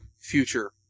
future